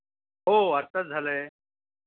हो आताच झालं आहे